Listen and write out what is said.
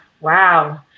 Wow